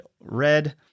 red